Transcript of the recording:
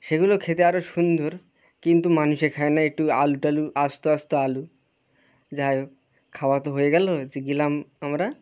সেগুলো খেতে আরো সুন্দর কিন্তু মানুষে খায় না একটু আলু টালু আস্ত আস্ত আলু যাইহোক খাওয়া তো হয়ে গেল যে গেলাম আমরা